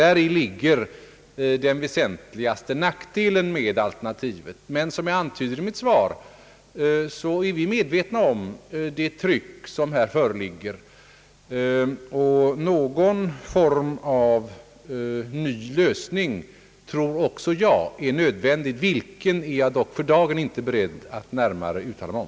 Däri ligger den väsentligaste nackdelen med alternativet, men som jag antyder i mitt svar är vi medvetna om det tryck som här föreligger. Någon form av ny lösning tror också jag är nödvändig — vilken är jag dock för dagen inte beredd att närmare uttala mig om.